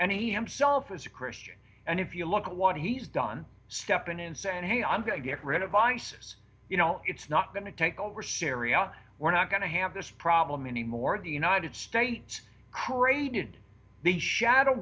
himself is a christian and if you look at what he's done step in and say hey i'm going to get rid of isis you know it's not going to take over syria we're not going to have this problem anymore the united states crated the shadow